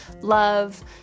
love